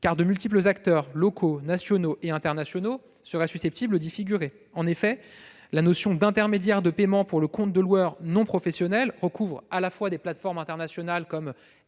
car de multiples acteurs locaux, nationaux et internationaux seraient susceptibles d'y figurer. En effet, la notion d'intermédiaires de paiement pour le compte de loueurs non professionnels recouvre à la fois des plateformes internationales comme